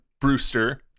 Brewster